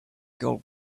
gold